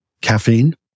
caffeine